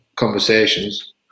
conversations